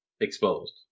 exposed